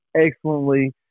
excellently